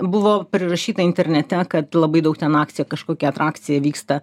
buvo prirašyta internete kad labai daug ten akcija kažkokia atrakcija vyksta